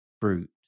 fruit